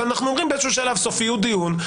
אבל אנחנו אומרים באיזשהו שלב סופיות דיון,